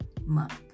month